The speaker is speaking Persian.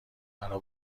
برا